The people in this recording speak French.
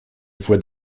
voies